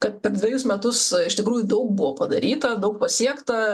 kad per dvejus metus iš tikrųjų daug buvo padaryta daug pasiekta